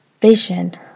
vision